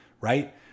right